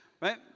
Right